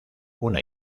una